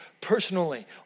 personally